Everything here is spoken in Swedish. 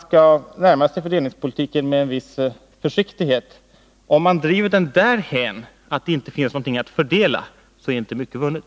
Hermansson borde närma sig fördelningspolitiken med en viss försiktighet. Om man driver den dithän att det inte finns någonting att fördela är inte mycket vunnet.